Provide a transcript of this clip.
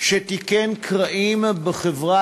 שתיקן קרעים בחברה